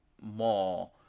more